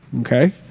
okay